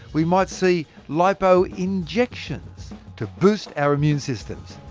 we might see lipo-'injections' to boost our immune systems!